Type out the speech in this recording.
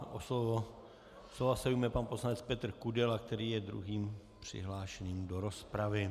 Slova se ujme pan poslanec Petr Kudela, který je druhým přihlášeným do rozpravy.